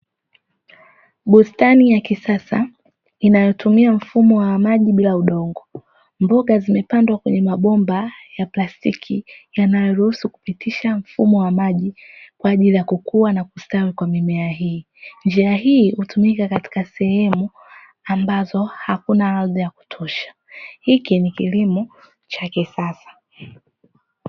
Bustani ya kisasa inayotumia mfumo wa maji bila udongo mboga zimepandwa kwenye mabomba ya plastiki, vyanayoruhusu kupitisha mfumo wa maji kwa ajili ya kukua na kustawi kwa mimea hii, njia hii hutumika katika sehemu ambazo hakuna ardhi ya kutosha hiki ni kilimo cha kisasa.